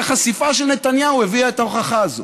החשיפה של נתניהו הביאה את ההוכחה הזאת.